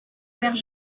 père